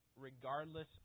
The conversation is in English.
regardless